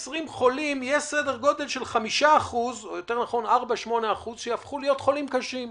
יש סדר גודל של 4.8% שיהפכו להיות חולים קשים.